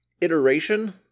iteration